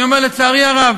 אני אומר, לצערי הרב,